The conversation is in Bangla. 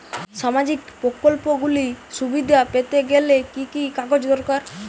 সামাজীক প্রকল্পগুলি সুবিধা পেতে গেলে কি কি কাগজ দরকার?